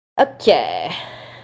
Okay